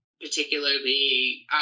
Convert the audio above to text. particularly